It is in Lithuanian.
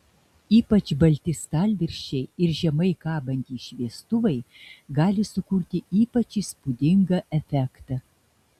ypač balti stalviršiai ir žemai kabantys šviestuvai gali sukurti ypač įspūdingą efektą